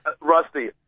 Rusty